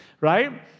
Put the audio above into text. right